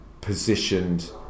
positioned